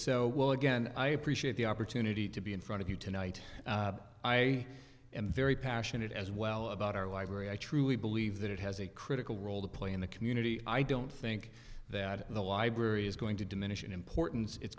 well again i appreciate the opportunity to be in front of you tonight i am very passionate as well about our library i truly believe that it has a critical role to play in the community i don't think that the library is going to diminish in importance it's